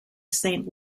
saint